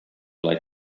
like